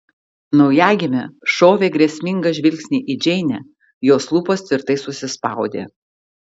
naujagimė šovė grėsmingą žvilgsnį į džeinę jos lūpos tvirtai susispaudė